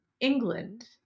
England